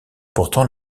pourtant